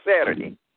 Saturday